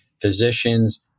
physicians